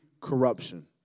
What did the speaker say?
corruption